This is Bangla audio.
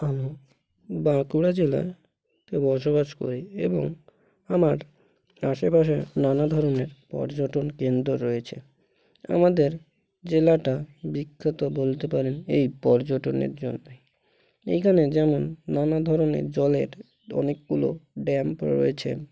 আমি বাঁকুড়া জেলাতে বসবাস করি এবং আমার আশেপাশে নানা ধরনের পর্যটন কেন্দ্র রয়েছে আমাদের জেলাটা বিখ্যাত বলতে পারেন এই পর্যটনের জন্যেই এইখানে যেমন নানা ধরনের জলের অনেকগুলো ড্যাম্প রয়েছে